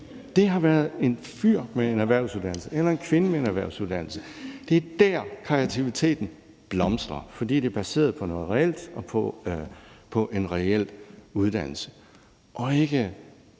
Det har været en fyr med en erhvervsuddannelse eller en kvinde med en erhvervsuddannelse. Det er der, kreativiteten blomstrer, fordi det er baseret på noget reelt og på en reel uddannelse og ikke